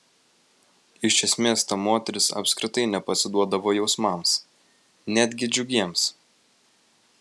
iš esmės ta moteris apskritai nepasiduodavo jausmams netgi džiugiems